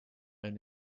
and